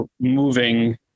moving